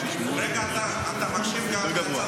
רגע, אתה מקשיב גם מהצד הזה שלך?